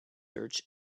search